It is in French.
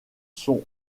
sont